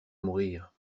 mourir